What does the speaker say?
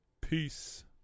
Peace